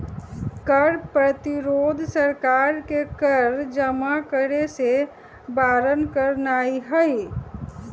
कर प्रतिरोध सरकार के कर जमा करेसे बारन करनाइ हइ